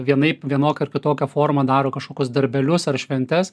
vienaip vienokia ar kitokia forma daro kažkokius darbelius ar šventes